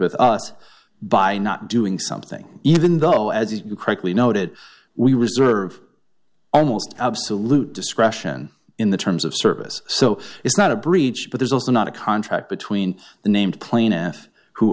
with us by not doing something even though as you correctly noted we reserve almost absolute discretion in the terms of service so it's not a breach but there's also not a contract between the named plain